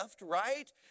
right